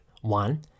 One